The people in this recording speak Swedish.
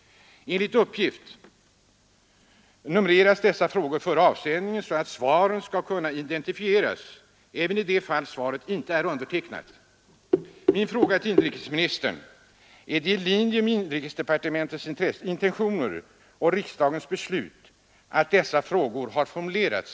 Svaren skall kunna identifieras även i de fall de inte är undertecknade. Min fråga till inrikesministern: Är det i linje med inrikesdepartementets intentioner och riksdagens beslut som dessa frågor har formulerats?